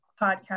podcast